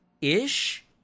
ish